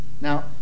Now